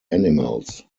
animals